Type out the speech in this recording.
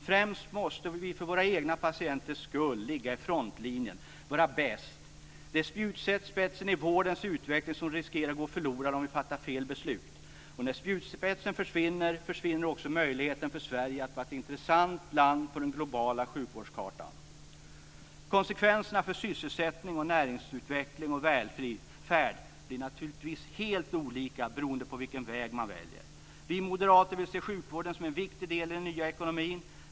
Främst måste vi för våra egna patienters skull ligga i frontlinjen, vara bäst. Det är spjutspetsen i vårdens utveckling som riskerar att gå förlorad om vi fattar fel beslut. När spjutspetsen försvinner, försvinner också möjligheten för Sverige att vara ett intressant land på den globala sjukvårdskartan. Konsekvenserna för sysselsättning, näringsutveckling och välfärd blir naturligtvis helt olika beroende på vilken väg man väljer. Vi moderater vill se sjukvården som en viktig del i den nya ekonomin.